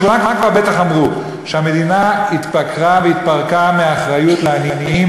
שכולם כבר בטח אמרו: המדינה התפקרה והתפרקה מהאחריות לעניים,